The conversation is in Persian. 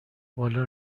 بالا